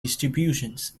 distributions